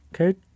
Okay